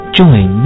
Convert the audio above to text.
join